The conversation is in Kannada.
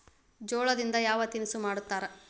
ಜೋಳದಿಂದ ಯಾವ ತಿನಸು ಮಾಡತಾರ?